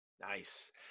Nice